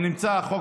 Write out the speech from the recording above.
זה נמצא בחוק,